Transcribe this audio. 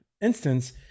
instance